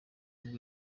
nibwo